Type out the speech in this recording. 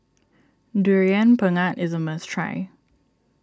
Durian Pengat is a must try